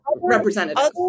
representative